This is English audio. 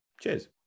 cheers